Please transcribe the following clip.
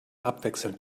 abwechselnd